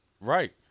Right